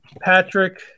Patrick